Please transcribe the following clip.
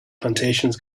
plantations